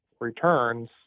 returns